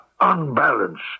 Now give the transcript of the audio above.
unbalanced